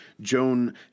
Joan